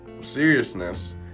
seriousness